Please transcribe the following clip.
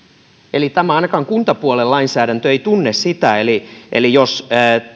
ainakaan kuntapuolen lainsäädäntö ei tunne sitä eli eli jos